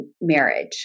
Marriage